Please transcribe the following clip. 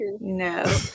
no